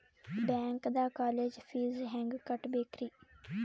ಬ್ಯಾಂಕ್ದಾಗ college fees ಹೆಂಗ್ ಕಟ್ಟ್ಬೇಕ್ರಿ?